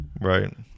right